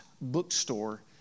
Bookstore